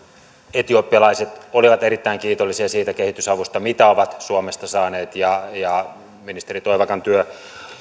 etiopialaiset olivat erittäin kiitollisia siitä kehitysavusta mitä ovat suomesta saaneet ja ja ministeri toivakan työ